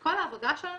כל העבודה שלנו,